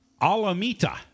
Alamita